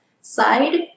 side